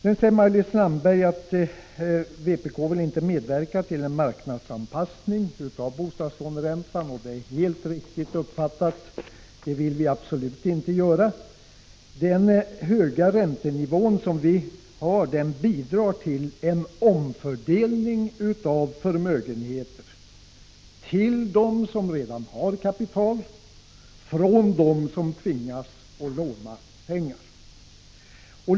Sedan säger Maj-Lis Landberg att vpk inte vill medverka till en marknads anpassning av bostadslåneräntan. Det är helt riktigt uppfattat. Det vill vi absolut inte göra! Den höga räntenivå som vi har bidrar till en omfördelning av förmögenheter till dem som redan har kapital från dem som tvingas låna pengar.